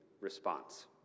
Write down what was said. response